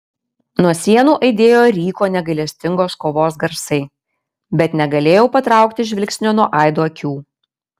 nuo sienų aidėjo ryko negailestingos kovos garsai bet negalėjau patraukti žvilgsnio nuo aido akių